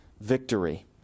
victory